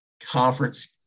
conference